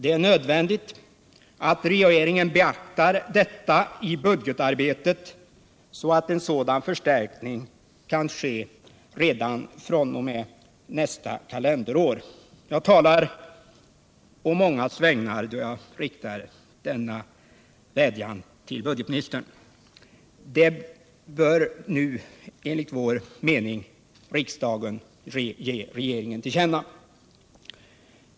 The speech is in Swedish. Det är nödvändigt att regeringen beaktar detta i budgetarbetet så att en sådan förstärkning kan ske redan fr.o.m. nästa kalenderår. Jag talar på mångas vägnar när jag riktar denna vädjan till budgetministern. Det bör nu enligt vår mening riksdagen ge regeringen till känna.